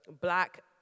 black